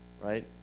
right